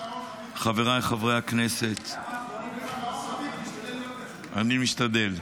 חבריי חברי הכנסת ----- אני משתדל.